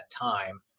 time